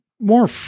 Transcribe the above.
More